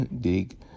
dig